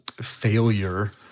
failure